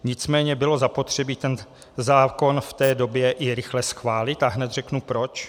Nicméně bylo zapotřebí zákon v té době i rychle schválit a hned řeknu proč.